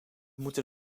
moeten